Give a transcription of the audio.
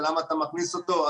ולמה אתה מכניס אותו,